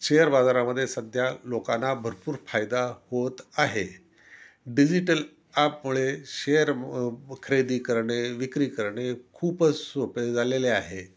share बाजारामध्ये सध्या लोकांना भरपूर फायदा होत आहे डिजिटल ॲपमुळे शेअर खरेदी करणे विक्री करणे खूपच सोपे झालेले आहे